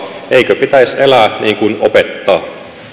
eikö pitäisi elää niin kuin opettaa